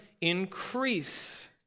increase